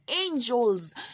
angels